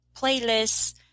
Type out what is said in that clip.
playlists